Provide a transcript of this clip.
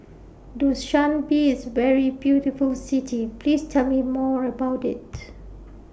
Dushanbe IS very beautiful City Please Tell Me More about IT